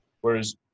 Whereas